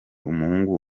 umuhungu